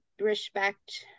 respect